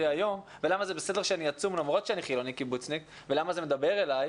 היום ולמה בסדר שאני אצום למרות שאני קיבוצניק חילוני ולמה זה מדבר אליי,